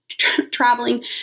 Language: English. traveling